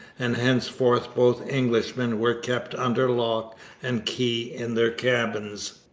and henceforth both englishmen were kept under lock and key in their cabins.